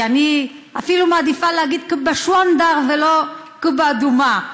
אני אפילו מעדיפה להגיד קובה שוואנדה ולא קובה אדומה.